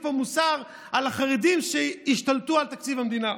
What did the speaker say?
פה מוסר על החרדים שהשתלטו על תקציב המדינה?